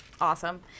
awesome